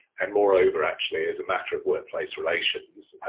and moreover, actually, as a matter of workplace relations,